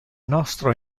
nostro